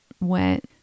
went